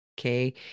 Okay